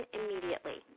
immediately